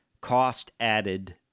cost-added